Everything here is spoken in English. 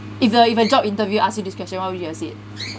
if a if you have a job interview ask you this question what would you have said